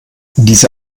diese